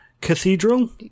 Cathedral